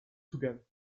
together